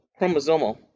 chromosomal